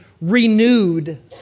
renewed